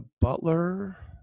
Butler